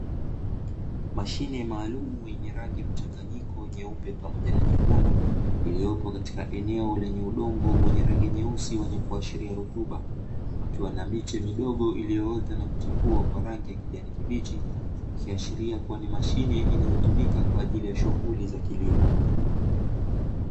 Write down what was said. Mashine maalumu yenye rangi mchanganyiko nyeupe pamoja na nyekundu, iliyopo katika eneo lenye udongo wenye rangi nyeusi wenye kuashiria rutuba, pakiwa na miche midogo iliyoota na kuchipua kwa rangi ya kijani kibichi, ikiashiria kuwa ni mashine inayotumika kwa ajili ya shughuli za kilimo.